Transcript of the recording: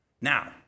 Now